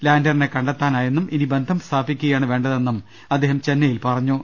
ലാൻഡറിനെ കണ്ടെ ത്താനായെന്നും ഇനി ബന്ധം സ്ഥാപിക്കുകയാണ് വേണ്ടതെന്നും അദ്ദേഹം ചെന്നൈയിൽ പറഞ്ഞു